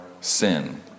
sin